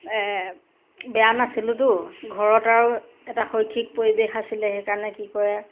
বেয়া নাছিলোঁতো ঘৰত আৰু এটা শৈক্ষিক পৰিৱেশ আছিলে সেইকাৰণে কি কৰে